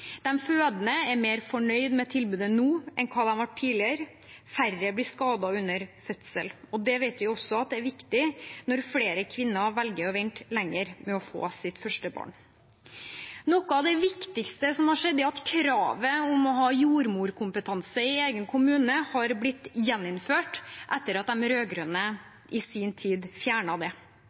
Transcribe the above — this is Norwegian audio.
fødende er mer fornøyd med tilbudet nå enn hva de var tidligere, færre blir skadet under fødsel. Det vet vi er viktig når vi vet at flere kvinner velger å vente lenger med å få sitt første barn. Noe av det viktigste som skjedd, er at kravet om å ha jordmorkompetanse i egen kommune har blitt gjeninnført etter at de rød-grønne i sin tid fjernet det.